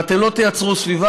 ואם אתם לא תייצרו סביבה